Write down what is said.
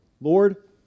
Lord